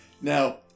now